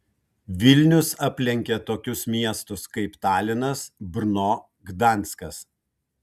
vilnius aplenkė tokius miestus kaip talinas brno gdanskas